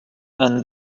and